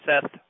Seth